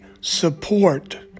support